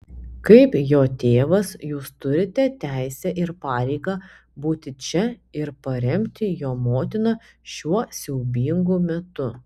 kaip jo tėvas jūs turite teisę ir pareigą būti čia ir paremti jo motiną šiuo siaubingu metu